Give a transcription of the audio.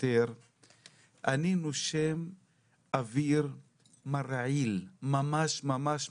אני נושם אוויר מרעיל ממש.